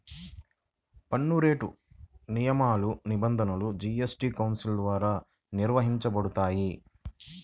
పన్నురేట్లు, నియమాలు, నిబంధనలు జీఎస్టీ కౌన్సిల్ ద్వారా నిర్వహించబడతాయి